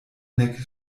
nek